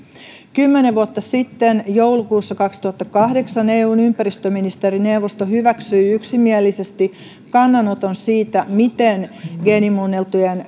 kymmenen vuotta sitten joulukuussa kaksituhattakahdeksan eun ympäristöministerineuvosto hyväksyi yksimielisesti kannanoton siitä miten geenimuunneltujen